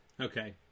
okay